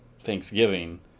Thanksgiving